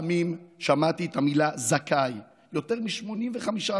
פעמים שמעתי את המילה "זכאי" יותר מ-85%.